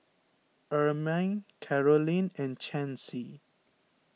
Ermine Carolynn and Chancey